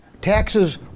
Taxes